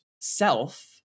self